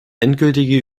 endgültige